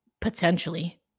potentially